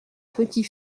petit